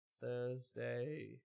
Thursday